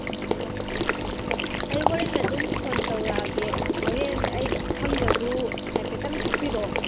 ꯑꯩ ꯍꯣꯔꯦꯟ ꯑꯗꯨꯝ ꯐꯣꯟ ꯇꯧꯔꯛꯑꯒꯦ ꯍꯣꯔꯦꯟ ꯑꯩ ꯈꯪꯗ꯭ꯔꯁꯨ ꯍꯥꯏꯐꯦꯠꯇꯪ ꯊꯣꯛꯄꯤꯔꯛꯑꯣ